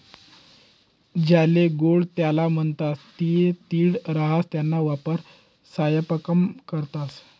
ज्याले गोडं तेल म्हणतंस ते तीळ राहास त्याना वापर सयपाकामा करतंस